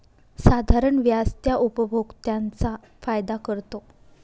साधारण व्याज त्या उपभोक्त्यांचा फायदा करतो